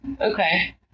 Okay